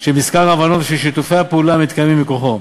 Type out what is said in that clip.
של מזכר ההבנות ושל שיתופי הפעולה המתקיימים מכוחו.